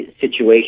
situation